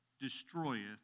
destroyeth